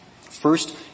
First